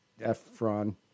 Efron